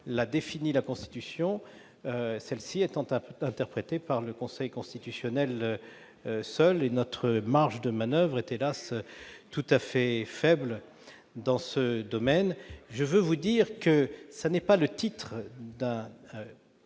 l'a définie la Constitution, celle-ci étant interprétée par le Conseil constitutionnel seul. Notre marge de manoeuvre est, hélas, tout à fait faible dans ce domaine. J'ajoute que ce n'est pas le titre d'un